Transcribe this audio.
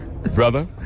Brother